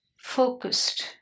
focused